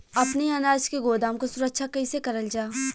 अपने अनाज के गोदाम क सुरक्षा कइसे करल जा?